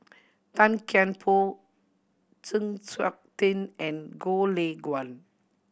Tan Kian Por Chng Seok Tin and Goh Lay Kuan